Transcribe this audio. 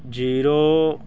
zero